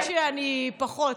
אז האמת שאני פחות.